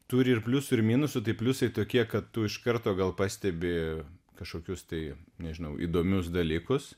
turi ir pliusų ir minusų tai pliusai tokie kad tu iš karto gal pastebi kažkokius tai nežinau įdomius dalykus